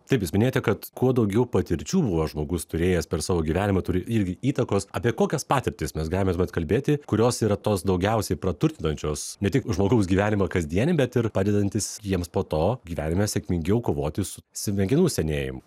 taip jūs minėjote kad kuo daugiau patirčių buvo žmogus turėjęs per savo gyvenimą turi irgi įtakos apie kokias patirtis mes galime vat kalbėti kurios yra tos daugiausiai praturtinančios ne tik žmogaus gyvenimą kasdienį bet ir padedantis jiems po to gyvenime sėkmingiau kovoti su smegenų senėjim